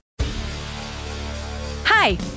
Hi